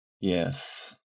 Yes